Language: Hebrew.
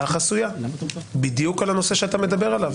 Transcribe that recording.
החסויה בדיוק על הנושא שאתה מדבר עליו,